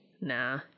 Nah